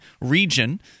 region